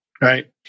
Right